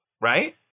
right